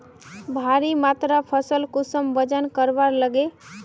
भारी मात्रा फसल कुंसम वजन करवार लगे?